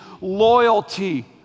Loyalty